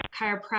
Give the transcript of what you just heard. chiropractic